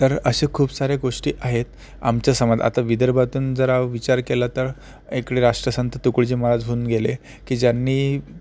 तर अशा खूप साऱ्या गोष्टी आहेत आमच्या समा आता विदर्भातून जरा विचार केला तर इकडे राष्ट्रसंत तुकोजी महाराज होऊन गेले की ज्यांनी